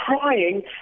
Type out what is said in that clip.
crying